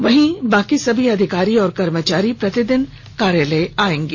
वहीं शेष सभी अधिकारी ओर कर्मचारी प्रतिदिन कार्यालय में आयेंगे